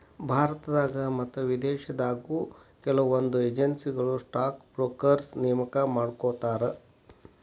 ಭಾರತದಾಗ ಮತ್ತ ವಿದೇಶದಾಗು ಕೆಲವೊಂದ್ ಏಜೆನ್ಸಿಗಳು ಸ್ಟಾಕ್ ಬ್ರೋಕರ್ನ ನೇಮಕಾ ಮಾಡ್ಕೋತಾರ